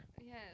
Yes